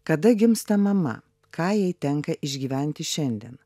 kada gimsta mama ką jai tenka išgyventi šiandien